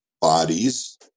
bodies